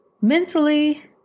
Mentally